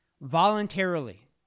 Voluntarily